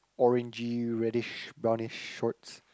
orangey reddish brownish shorts